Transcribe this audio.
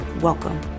Welcome